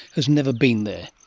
has never been there.